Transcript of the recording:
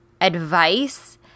advice